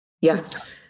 Yes